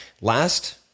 Last